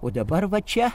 o dabar va čia